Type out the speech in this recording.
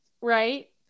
Right